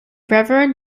reverend